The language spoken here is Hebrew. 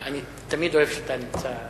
אני תמיד אוהב שאתה נמצא.